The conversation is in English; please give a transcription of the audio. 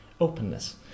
openness